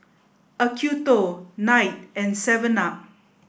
Acuto Knight and seven up